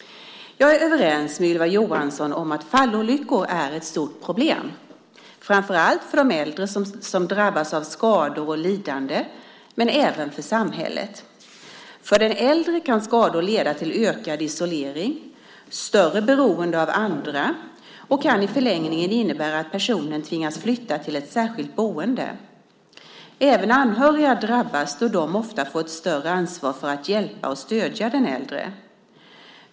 Jag är överens med Ylva Johansson om att fallolyckor är ett stort problem, framför allt för de äldre som drabbas av skador och lidande men även för samhället. För den äldre kan skador leda till ökad isolering och större beroende av andra och i en förlängning innebära att personen tvingas flytta till ett särskilt boende. Även anhöriga drabbas då de ofta får ett större ansvar för att hjälpa och stödja den äldre.